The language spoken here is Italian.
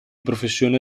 professione